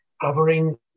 covering